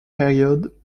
period